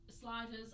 Sliders